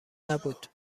نبود